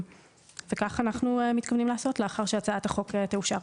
כך אנחנו מתכוונים לעשות לאחר שהצעת החוק תאושר.